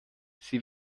sie